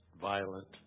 violent